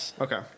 Okay